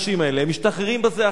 הם משתחררים בזה אחר זה.